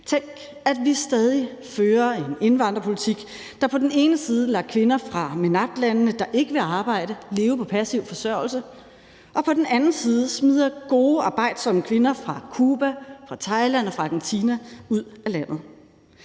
Tænk, at vi stadig fører en indvandrerpolitik, der på den ene side lader kvinder fra MENAPT-landene, der ikke vil arbejde, leve på passiv forsørgelse, og på den anden side smider gode og arbejdsomme kvinder fra Cuba, fra Thailand og fra Argentina ud af landet.